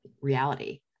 reality